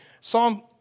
Psalm